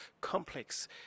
complex